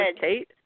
Kate